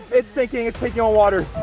it's taking taking on water.